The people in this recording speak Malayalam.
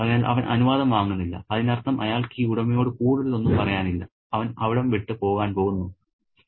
അതിനാൽ അവൻ അനുവാദം വാങ്ങുന്നില്ല അതിനർത്ഥം അയാൾക്ക് ഈ ഉടമയോട് കൂടുതലൊന്നും പറയാനില്ല അവൻ അവിടം വിട്ട് പോകാൻ പോകുന്നു സ്ഥിരമായി എന്ന മട്ടിൽ